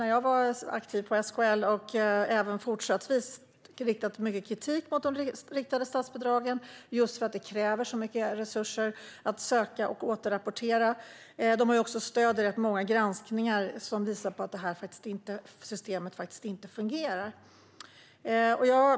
När jag var aktiv på SKL och även fortsättningsvis har man riktat mycket kritik mot de riktade statsbidragen just för att det krävs så mycket resurser för att söka och återrapportera statsbidrag. SKL har också stöd i många granskningar som visar att systemet inte fungerar.